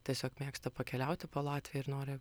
tiesiog mėgsta pakeliauti po latviją ir nori